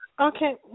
Okay